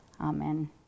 Amen